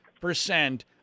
percent